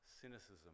cynicism